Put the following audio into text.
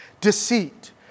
Deceit